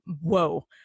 whoa